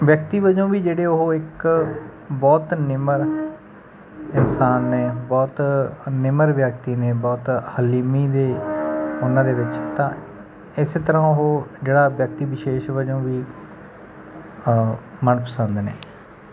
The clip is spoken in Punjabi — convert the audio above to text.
ਵਿਅਕਤੀ ਵਜੋਂ ਵੀ ਜਿਹੜੇ ਉਹ ਇੱਕ ਬਹੁਤ ਨਿਮਰ ਇਨਸਾਨ ਨੇ ਬਹੁਤ ਨਿਮਰ ਵਿਅਕਤੀ ਨੇ ਬਹੁਤ ਹਲੀਮੀ ਦੇ ਉਹਨਾਂ ਦੇ ਵਿੱਚ ਤਾਂ ਇਸ ਤਰ੍ਹਾਂ ਉਹ ਜਿਹੜਾ ਵਿਅਕਤੀ ਵਿਸ਼ੇਸ਼ ਵਜੋਂ ਵੀ ਮਨਪਸੰਦ ਨੇ